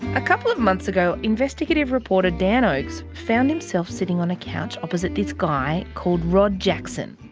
a couple of months ago, investigative reporter dan oakes found himself sitting on a couch opposite this guy called rod jackson.